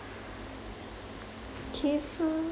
okay so